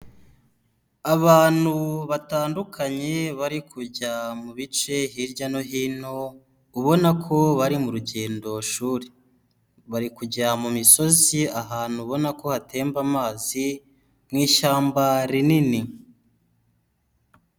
Abatandukanye bari kujya mu bice hirya no hino ubona ko bari mu rugendoshuri. Bari kujya mu misozi ahantu ubona ko hatemba amazi mu ishyamba rinini.